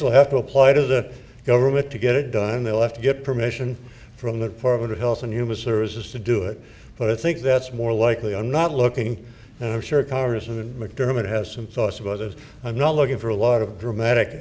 will have to apply to the government to get it done they'll have to get permission from the department of health and human services to do it but i think that's more likely i'm not looking and i'm sure congressman mcdermott has some thoughts about it i'm not looking for a lot of dramatic